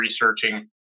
researching